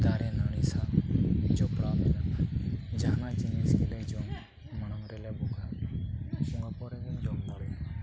ᱫᱟᱨᱮ ᱱᱟᱹᱲᱤ ᱥᱟᱶ ᱡᱚᱯᱲᱟᱣ ᱢᱮᱱᱟᱜᱼᱟ ᱡᱟᱦᱟᱱᱟᱜ ᱡᱤᱱᱤᱥ ᱜᱮᱞᱮ ᱡᱚᱢ ᱢᱟᱲᱟᱝ ᱨᱮᱞᱮ ᱵᱚᱸᱜᱟ ᱟᱠᱚᱣᱟ ᱚᱱᱟ ᱯᱚᱨᱮᱜᱮᱢ ᱡᱚᱢ ᱫᱟᱲᱮᱭᱟᱜᱼᱟ